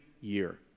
year